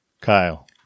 Kyle